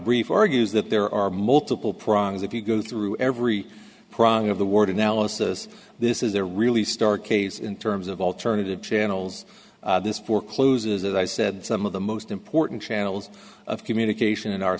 brief argues that there are multiple problems if you go through every prying of the word analysis this is a really stark case in terms of alternative channels this forecloses as i said some of the most important channels of communication in our